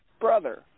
brother